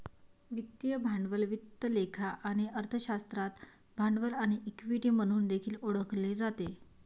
वित्तीय भांडवल वित्त लेखा आणि अर्थशास्त्रात भांडवल किंवा इक्विटी म्हणून देखील ओळखले जाते